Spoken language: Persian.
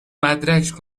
مدرک